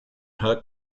her